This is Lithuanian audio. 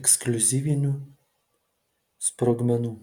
ekskliuzyvinių sprogmenų